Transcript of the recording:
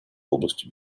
области